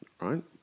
right